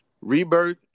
Rebirth